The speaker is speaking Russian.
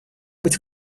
быть